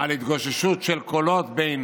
על התגוששות על קולות בין